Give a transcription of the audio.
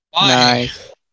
Nice